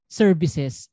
services